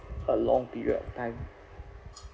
a long period of time